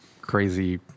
crazy